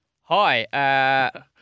Hi